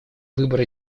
выбор